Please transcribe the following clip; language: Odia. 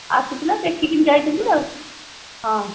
ଆସିଥିଲେ ଦେଖିକି ଯାଇଛନ୍ତି ଆଉ ହଁ